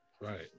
right